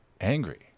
angry